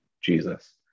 Jesus